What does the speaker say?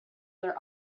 their